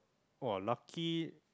ah lucky